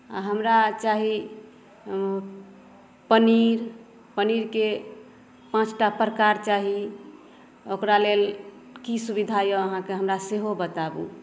हमरा चाही पनीर पनीरके पाँचटा प्रकार चाही ओकरा लेल की सुविधा अछि अहाँके सेहो बताबु